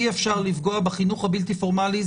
אי אפשר לפגוע בחינוך הבלתי פורמלי.